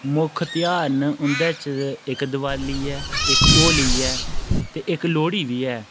मुक्ख ध्यार न उंदे च इक दिवाली इक होली ऐ ते इक लोह्ड़ी बी ऐ